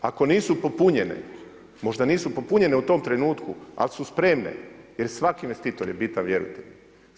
Ako nisu popunjene, možda nisu popunjene u tom trenutku, ali su spremne jer svaki investitor je bitan, vjerujte mi.